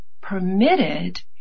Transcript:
permitted